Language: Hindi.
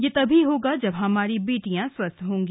यह तभी होगा जब हमारी बेटियां स्वस्थ होंगी